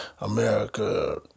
America